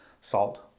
Salt